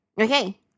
Okay